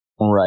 Right